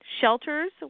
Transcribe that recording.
Shelters